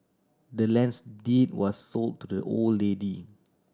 the land's deed was sold to the old lady